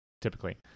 typically